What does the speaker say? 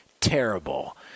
terrible